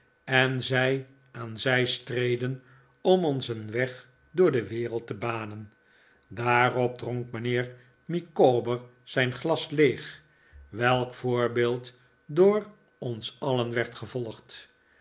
en zij aan zij streden om ons een weg door de wereld te banen daarop dronk mijnheer micawber zijn glas leeg welk voorbeeld door ons alien werd gevolgd